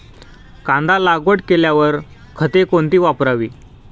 कांदा लागवड केल्यावर खते कोणती वापरावी?